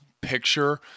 picture